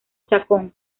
chacón